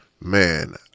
Man